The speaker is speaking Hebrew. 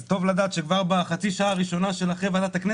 אז טוב לדעת שכבר בחצי השעה הראשונה שלכם בוועדה אתם